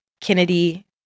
Kennedy